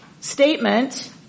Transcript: statement